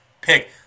Pick